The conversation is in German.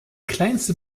kleinste